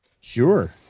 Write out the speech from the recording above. Sure